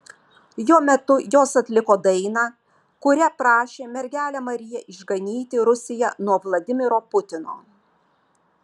jo metu jos atliko dainą kuria prašė mergelę mariją išganyti rusiją nuo vladimiro putino